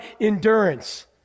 endurance